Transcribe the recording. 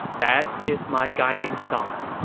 that is my guiding star.